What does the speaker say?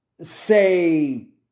Say